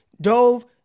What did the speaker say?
dove